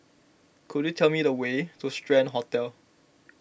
could you tell me the way to Strand Hotel